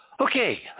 okay